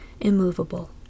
immovable